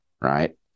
right